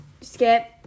skip